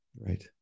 Right